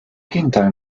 gegenteil